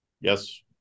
Yes